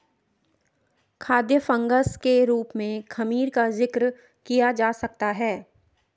खाद्य फंगस के रूप में खमीर का जिक्र किया जा सकता है